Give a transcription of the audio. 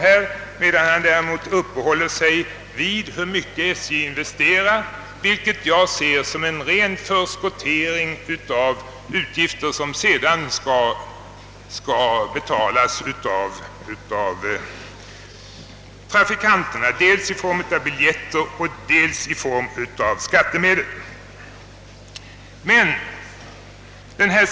Däremot har han uppehållit sig vid storleken av SJ:s investering, som jag betraktar som en ren förskottering av vad som sedan skall betalas av trafikanterna, dels i form av biljetter och dels i form av skatter.